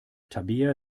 tabea